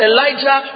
Elijah